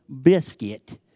biscuit